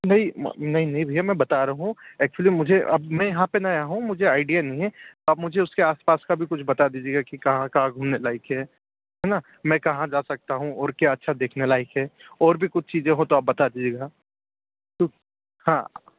नहीं नहीं नहीं भैया मैं बता रहा हूँ एक्चुअली मुझे अब मैं यहाँ पर नया हूँ मुझे आईडिया नहीं है तो आप मुझे उसके आस पास का भी कुछ बता दीजिएगा कि कहाँ कहाँ घूमने लायक़ है है ना मैं कहाँ जा सकता हूँ और क्या अच्छा देखने लायक़ है और भी कुछ चीज़ें हो तो आप बता दीजिएगा हाँ